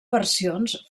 versions